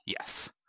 yes